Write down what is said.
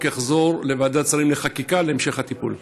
יחזור לוועדת שרים לחקיקה להמשך הטיפול.